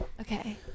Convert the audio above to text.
Okay